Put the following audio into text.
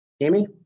Amy